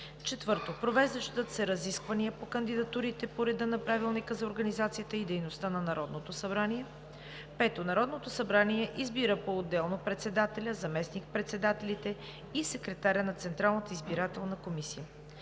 4. Провеждат се разисквания по кандидатурите по реда на Правилника за организацията и дейността на Народното събрание. 5. Народното събрание избира поотделно председателя, заместник-председателите и секретаря на Централната избирателна комисия.